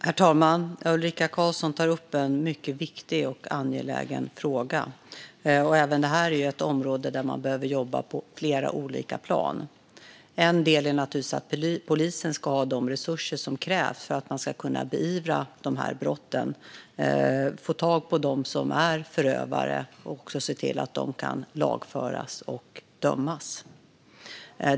Herr talman! Ulrika Karlsson tar upp en mycket viktig och angelägen fråga. Även detta är ett område där man behöver jobba på flera olika plan. En del är naturligtvis att polisen ska ha de resurser som krävs för att kunna beivra dessa brott och få tag på dem som är förövare och se till att de kan lagföras och dömas.